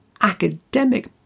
academic